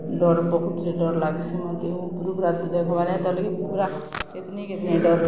ଡର୍ ବହୁତ୍ଟେ ଡର୍ ଲାଗ୍ସି ମତେ ପୁରା କେତନି କେତେ ଡର୍ ଲାଗ୍ସି